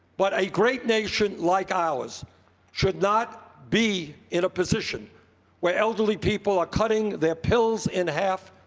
but a great nation like ours should not be in a position where elderly people are cutting their pills in half,